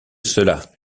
cela